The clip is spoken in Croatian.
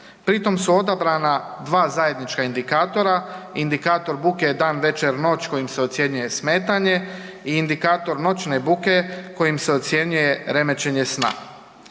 Pri tom su odabrana dva zajednička indikatora. Indikator buke dan, večer, noć kojim se ocjenjuje smetanje i indikator noćne buke kojim se ocjenjuje remećenje sna.